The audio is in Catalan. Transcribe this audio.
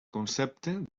concepte